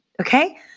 okay